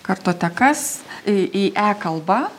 kartotekas į e kalba